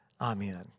Amen